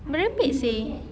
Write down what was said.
merepek seh